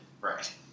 right